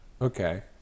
okay